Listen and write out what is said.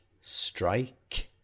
Strike